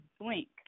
Blink